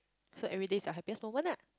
so everyday is your happiest moment ah